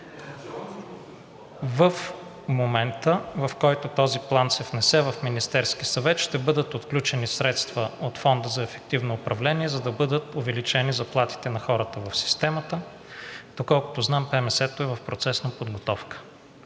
В момента, в който този план се внесе в Министерския съвет, ще бъдат отключени средства от Фонда за ефективно управление, за да бъдат увеличени заплатите на хората в системата. Доколкото знам, ПМС-то е в процес на подготовка,